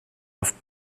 auf